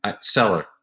seller